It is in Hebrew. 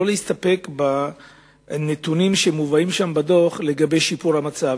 לא להסתפק בנתונים שמובאים בדוח לגבי שיפור המצב,